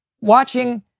watching